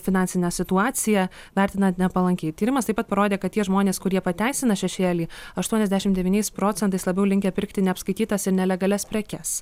finansinę situaciją vertina nepalankiai tyrimas taip pat parodė kad tie žmonės kurie pateisina šešėlį aštuoniasdešimt devyniais procentais labiau linkę pirkti neapskaitytas ir nelegalias prekes